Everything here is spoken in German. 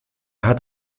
hat